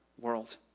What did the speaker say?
world